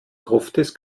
gruftis